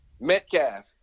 Metcalf